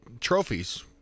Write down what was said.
trophies